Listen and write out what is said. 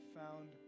found